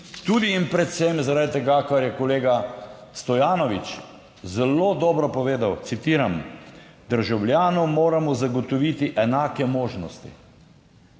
tudi in predvsem zaradi tega, kar je kolega Stojanovič zelo dobro povedal (citiram): "Državljanom moramo zagotoviti enake možnosti."